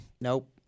Nope